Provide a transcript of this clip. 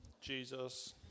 Jesus